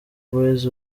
boys